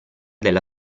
della